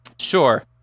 Sure